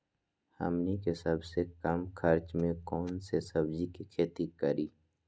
हमनी के सबसे कम खर्च में कौन से सब्जी के खेती करी?